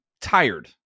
tired